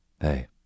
Hey